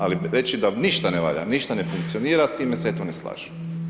Ali reći da ništa ne valja, ništa ne funkcionira s time se eto ne slažem.